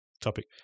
topic